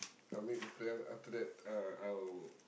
I'll make the plan after that uh I'll